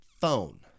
phone